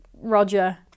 Roger